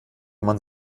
man